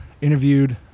interviewed